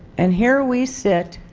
and here we set,